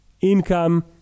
income